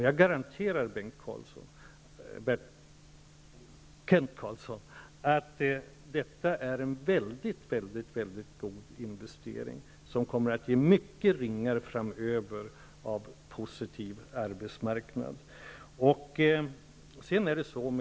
Jag garanterar Kent Carlsson att detta är en mycket god investering, som kommer att ge mycket ringar framöver för en positiv arbetsmarknad.